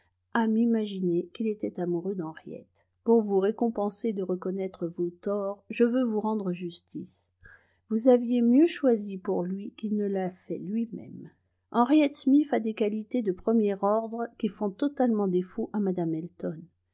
à m'imaginer qu'il était amoureux d'henriette pour vous récompenser de reconnaître vos torts je veux vous rendre justice vous aviez mieux choisi pour lui qu'il ne l'a fait lui-même henriette smith a des qualités de premier ordre qui font totalement défaut à mme elton